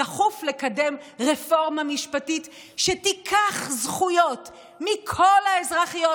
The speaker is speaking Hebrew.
דחוף לקדם רפורמה משפטית שתיקח זכויות מכל האזרחיות